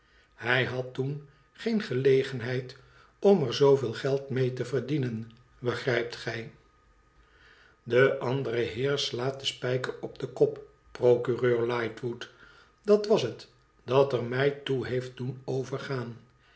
thij had toen geen gelegenheid om er zooveel geld mee te verdienen begrijpt gij de andere heer slaat den spijker op den kop procureur lightwood l dat was het dat er mij toe heeft doen overgaan